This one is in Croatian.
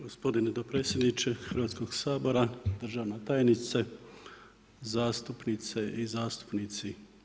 Gospodine dopredsjedniče Hrvatskog sabora, državna tajnice, zastupnice i zastupnici.